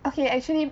okay actually